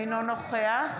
אינו נוכח